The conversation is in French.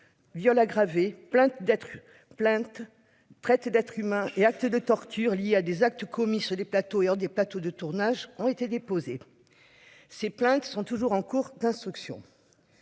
d'être plainte traite d'être humains et actes de torture liés à des actes commis sur des plateaux et hors des plateaux de tournage ont été déposées. Ces plaintes sont toujours en cours d'instruction.